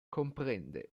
comprende